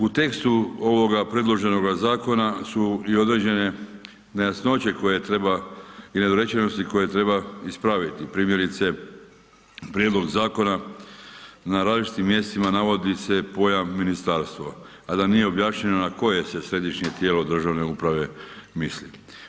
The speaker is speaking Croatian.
U tekstu ovoga predloženoga zakona su i određene nejasnoće i nedorečenosti koje treba ispraviti primjerice prijedlog zakona na različitim mjestima navodi se pojam ministarstvo a da nije objašnjeno na koje se središnje tijelo državne uprave misli.